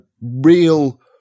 real